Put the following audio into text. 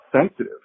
sensitive